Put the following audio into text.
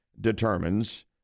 determines